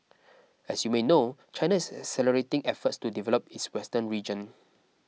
as you may know China is accelerating efforts to develop its western region